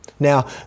Now